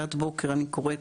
תפילת בוקר אני קוראת